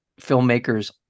filmmakers